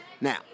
Now